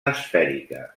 esfèrica